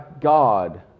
God